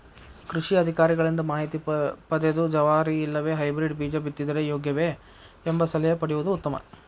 ಕೃಷಿ ಅಧಿಕಾರಿಗಳಿಂದ ಮಾಹಿತಿ ಪದೆದು ಜವಾರಿ ಇಲ್ಲವೆ ಹೈಬ್ರೇಡ್ ಬೇಜ ಬಿತ್ತಿದರೆ ಯೋಗ್ಯವೆ? ಎಂಬ ಸಲಹೆ ಪಡೆಯುವುದು ಉತ್ತಮ